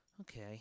Okay